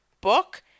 book